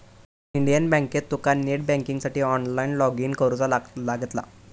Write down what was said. Indian बँकेत तुका net बँकिंगसाठी ऑनलाईन लॉगइन करुचा लागतला